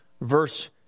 verse